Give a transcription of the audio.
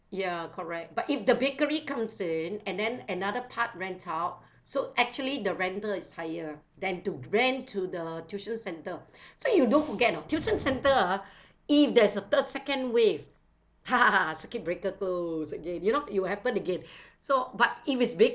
ya correct but if the bakery comes in and then another part rent out so actually the rental is higher than to rent to the tuition centre so you don't forget you know tuition centre ah if there's a third second wave circuit breaker goes again you know it'll happen again so but if it's big